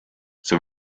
see